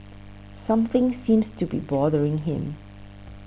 something seems to be bothering him